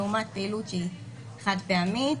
לעומת פעילות שהיא חד-פעמית,